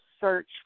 search